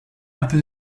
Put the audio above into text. after